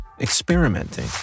experimenting